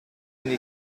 degli